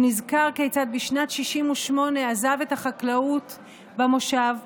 הוא נזכר כיצד בשנת 1968 עזב את החקלאות במושב,